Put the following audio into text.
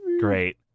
Great